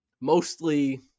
mostly